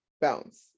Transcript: bounce